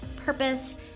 purpose